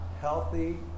healthy